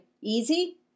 easy